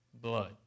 Blood